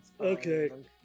Okay